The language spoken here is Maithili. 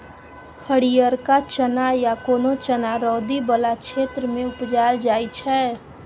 हरियरका चना या कोनो चना रौदी बला क्षेत्र मे उपजाएल जाइ छै